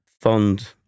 fond